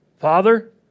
Father